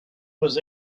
was